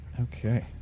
Okay